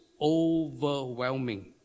overwhelming